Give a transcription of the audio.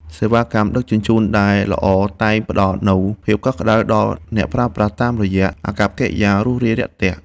សេវាកម្មដឹកជញ្ជូនដែលល្អតែងផ្ដល់នូវភាពកក់ក្ដៅដល់អ្នកប្រើប្រាស់តាមរយៈអាកប្បកិរិយារួសរាយរាក់ទាក់។